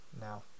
Now